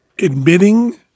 admitting